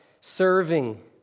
serving